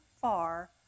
far